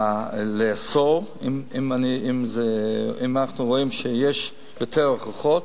לאסור, אם אנחנו רואים שיש יותר הוכחות,